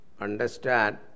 understand